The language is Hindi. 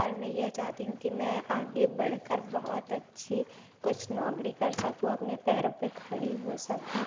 और मैं यह चाहती हूँ कि मैं आगे बढ़ कर बहुत अच्छी कुछ नौकरी कर सकूँ अपने पैरों पर खड़ी हो सकूँ